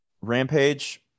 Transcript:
Rampage